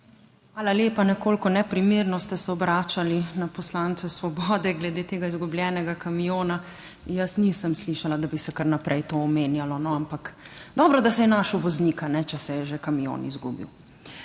Hvala lepa. Nekoliko neprimerno ste se obračali na poslance Svobode glede tega izgubljenega kamiona. Jaz nisem slišala, da bi se kar naprej to omenjalo. Ampak dobro, da se je našlo voznika, če se je že kamion izgubil.